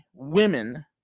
women